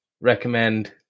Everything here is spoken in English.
recommend